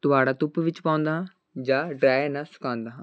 ਦੁਬਾਰਾ ਧੁੱਪ ਵਿੱਚ ਪਾਉਂਦਾ ਹਾਂ ਜਾਂ ਡਰਾਇਰ ਨਾਲ ਸੁਕਾਉਂਦਾ ਹਾਂ